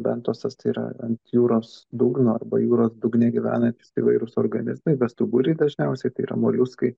bentosas tai yra ant jūros dugno arba jūros dugne gyvenantys įvairūs organizmai bestuburiai dažniausiai tai yra moliuskai